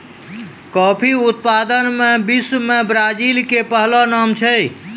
coffee उत्पादन मॅ विश्व मॅ ब्राजील के पहलो नाम छै